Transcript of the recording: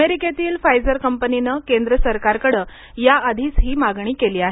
अमेरिकेतील फायझर कंपनीनं केंद्र सरकारकडे याधीच ही मागणी केली आहे